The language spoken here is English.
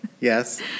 Yes